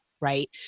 right